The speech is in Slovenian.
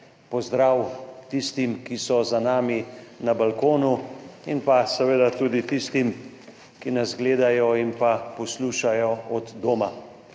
pozdrav tistim, ki so za nami na balkonu, in seveda tudi tistim, ki nas gledajo in poslušajo od doma!